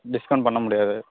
discount பண்ண முடியாது